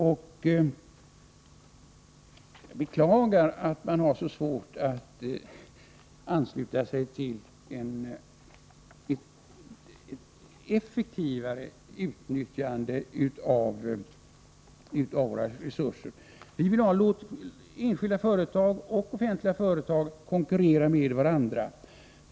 Jag beklagar att man har så svårt att ansluta sig till tanken på ett effektivare utnyttjande av våra resurser. Vi vill att enskilda och offentliga företag skall få . konkurrera med varandra.